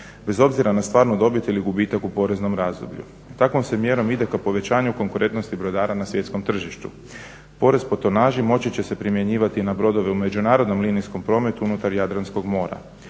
bez obzira na stvarnu dobit ili na gubitak u poreznom razdoblju. Takvom se mjerom ide ka povećanju konkurentnosti brodara na svjetskom tržištu. Porez po tonaži moći će se primjenjivati i na brodove u međunarodnom linijskom prometu unutar Jadranskog mora.